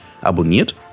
abonniert